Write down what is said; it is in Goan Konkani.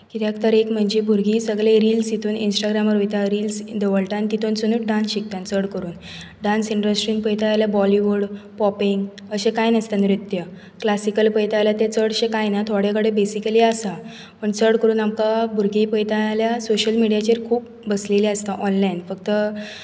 कित्याक तर एक म्हणजें भुरगीं सगळीं रिल्स इतून इंस्टाग्रामार वयतात रिल्स ढवळतात आनी तितूंतसनूच डांस शिकतात चड करून डांस इंडस्ट्रीन पळयता जाल्यार बॉलीवूड पॉपींग अशे कांय नृत्य क्लासिकल पळयता जाल्यार ते चडशे काय ना थोडे कडेन बेसिकली आसा पूण चड करून आमकां भुरगीं पळयता जाल्यार सोशल मिडियाचेर खूब बसलेली आसता ऑनलायन फकत